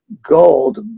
gold